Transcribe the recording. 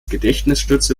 gedächtnisstütze